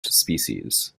species